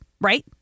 Right